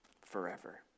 forever